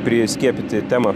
priskiepyti temą